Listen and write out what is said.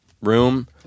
room